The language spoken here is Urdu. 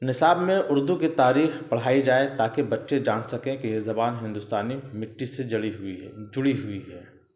نصاب میں اردو کی تاریخ پڑھائی جائے تاکہ بچے جان سکیں کہ یہ زبان ہندوستانی مٹی سے جڑی ہوئی ہے جڑی ہوئی ہے